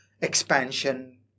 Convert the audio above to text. expansion